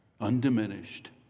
undiminished